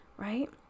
Right